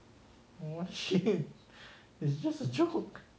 what shape it's just a joke